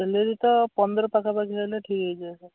ହେଲେ ବି ତ ପନ୍ଦର ପାଖାପାଖି ହେଲେ ଠିକ୍ ହେଇଯିବ